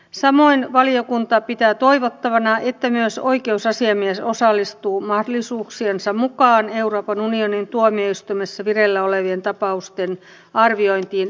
samoin valiokunta pitää toivottavana että myös oikeusasiamies osallistuu mahdollisuuksiensa mukaan euroopan unionin tuomioistuimessa vireillä olevien tapausten arviointiin perusoikeusnäkökulmasta